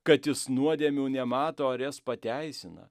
kad jis nuodėmių nemato ar jas pateisina